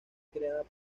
creada